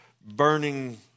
burning